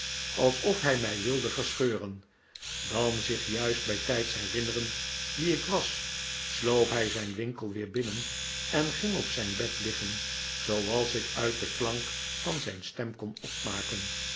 alsof hij mij wilde verscheuren dan zich juist bijtijds herinnerend wie ik was sloop hij zijn winkel weer binnen en ging op zijn bed liggen zooals ik uit den klank van zijn stem kon opmaken